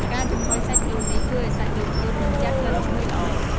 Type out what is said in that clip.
ការចំហុយសាច់ដូងនេះ ជួយឱ្យសាច់ដូងទន់ និងជះក្លិនឈ្ងុយល្អ។